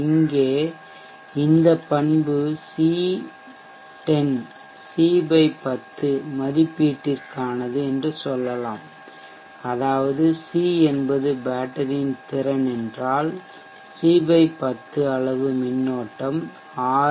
இங்கே இந்த பண்பு சி 10 சி 10 மதிப்பீட்டிற்கானது என்று சொல்லலாம் அதாவது சி என்பது பேட்டரியின் திறன் என்றால் சி 10 அளவு மின்னோட்டம் ஆர்